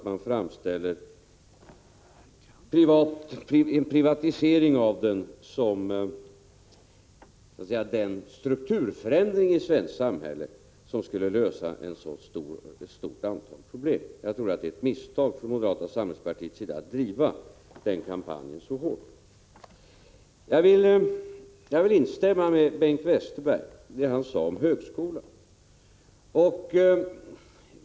Man framställer en privatisering av den offentliga sektorn såsom varande den strukturförändring i svenskt samhälle som skulle lösa ett stort antal problem. Jag tror att det är ett misstag från moderata samlingspartiets sida att driva den kampanjen så hårt. Jag vill instämma i vad Bengt Westerberg sade om högskolan.